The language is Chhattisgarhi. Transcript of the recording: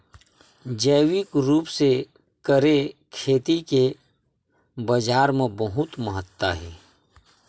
जैविक रूप से करे खेती के बाजार मा बहुत महत्ता हे